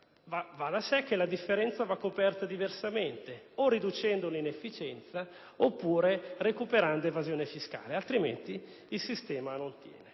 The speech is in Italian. va da sé che la differenza va coperta diversamente: o riducendo l'inefficienza o recuperando evasione fiscale, altrimenti il sistema non tiene.